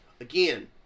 Again